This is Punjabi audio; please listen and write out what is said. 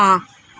ਹਾਂ